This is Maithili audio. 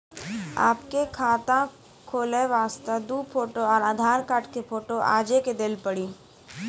आपके खाते खोले वास्ते दु फोटो और आधार कार्ड के फोटो आजे के देल पड़ी?